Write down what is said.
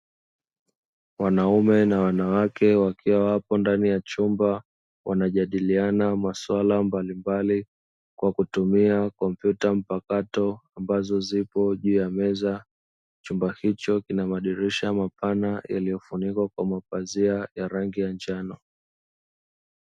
Wanaume na wanawake wakiwa wapo ndani ya chumba wanajadiliana maswala mbalimbali wakitumia kompyuta mpakato ambazo zipo juu ya meza chumba icho kina madirisha mapana yaliyo funikwa kwa mapazia ya rangi ya njano